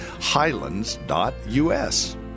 highlands.us